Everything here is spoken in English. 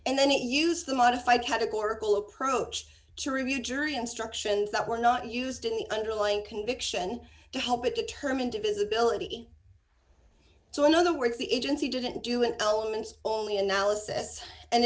and then he used the modified categorical approach to review jury instructions that were not used in the underlying conviction to help it determine divisibility so in other words the agency didn't do an element only analysis and